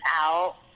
out